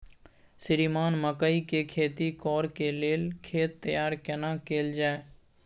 श्रीमान मकई के खेती कॉर के लेल खेत तैयार केना कैल जाए?